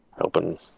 helping